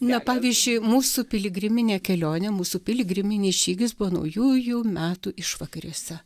ne pavyzdžiui mūsų piligriminė kelionė mūsų piligriminis žygis buvo naujųjų metų išvakarėse